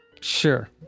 Sure